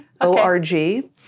o-r-g